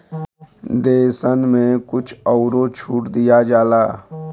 देसन मे कुछ अउरो छूट दिया जाला